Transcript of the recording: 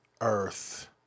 earth